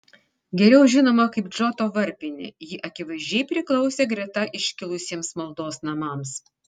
geriau žinoma kaip džoto varpinė ji akivaizdžiai priklausė greta iškilusiems maldos namams